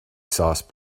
sauce